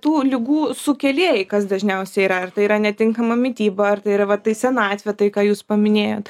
tų ligų sukėlėjai kas dažniausiai yra ar tai yra netinkama mityba ar tai yra va tai senatvė tai ką jūs paminėjot